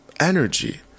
energy